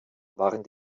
waren